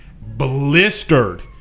blistered